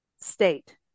state